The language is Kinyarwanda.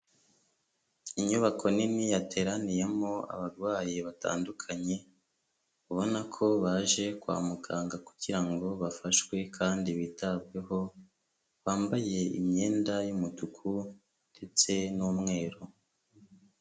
Inyubako nini, yateraniyemo abarwayi batandukanye, ubona ko baje kwa muganga kugira ngo bafashwe kandi bitabweho, bambaye imyenda y'umutuku ndetse n'umweru.